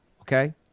Okay